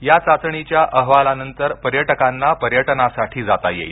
या चाचणीच्या अहवालानंतर पर्यटकांना पर्यटनासाठी जाता येईल